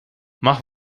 mach